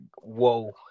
whoa